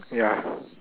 ya